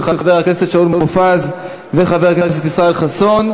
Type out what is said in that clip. של חבר הכנסת שאול מופז וחבר הכנסת ישראל חסון,